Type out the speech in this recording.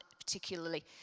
particularly